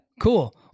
cool